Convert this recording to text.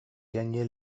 gagné